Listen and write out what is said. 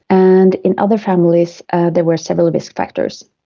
and in other families there were several risk factors.